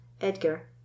edgar